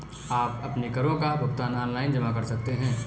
आप अपने करों का भुगतान ऑनलाइन जमा कर सकते हैं